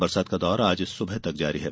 बरसात का दौर आज सुबह तक जारी है